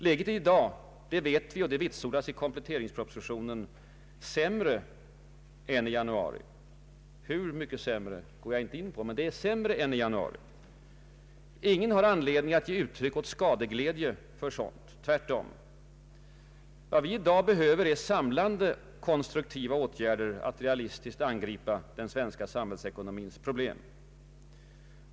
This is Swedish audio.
Läget är i dag — det vet vi och det vitsordas i kompletteringspropositionen — sämre än i januari. Hur mycket sämre går jag inte in på, men det är sämre än i januari. Ingen har anledning att ge uttryck åt skadeglädje för sådant — tvärtom. Vad vi i dag behöver är samlande konstruktiva åtgärder för att realistiskt angripa den svenska samhällsekonomins problem.